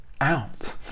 out